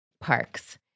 parks